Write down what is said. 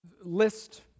list